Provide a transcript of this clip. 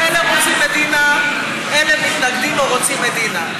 אלה רוצים מדינה, אלה מתנגדים, לא רוצים מדינה.